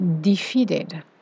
defeated